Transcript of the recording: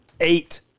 eight